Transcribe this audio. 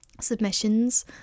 submissions